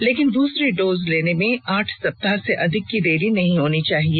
लेकिन दूसरी डोज लेने में आठ सप्ताह से अधिक की देरी नहीं होनी चाहिए